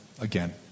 again